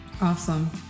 Awesome